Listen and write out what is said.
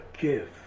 give